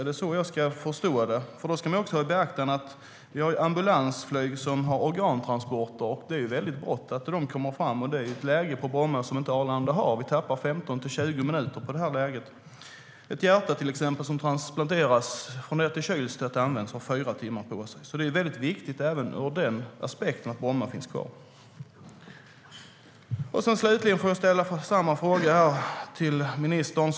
Är det så jag ska förstå det? Då ska man också ta i beaktande att vi har ambulansflyg med organtransporter. Det är väldigt brått när de ska fram, och Bromma har ett läge som inte Arlanda har. Vi tappar 15-20 minuter på läget. För till exempel hjärtan som ska transplanteras, från det att det kyls ned tills det används, har man bara fyra timmar på sig. Även ur den aspekten är det viktigt att Bromma finns kvar. Slutligen vill jag ställa samma fråga till ministern.